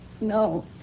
No